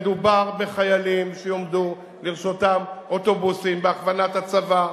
מדובר בחיילים שיועמדו לרשותם אוטובוסים בהכוונת הצבא,